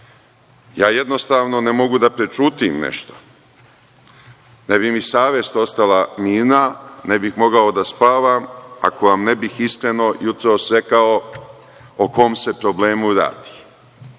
ja jednostavno ne mogu da prećutim nešto, ne bi mi savest ostala mirna, ne bih mogao da spavam ako vam ne bih iskreno jutros rekao o kom se problemu radi. Mi